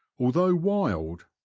although wild,